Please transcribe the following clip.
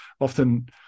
often